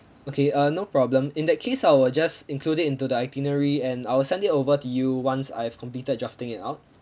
okay uh no problem in that case I will just include it into the itinerary and I'll send it over to you once I have completed drafting it out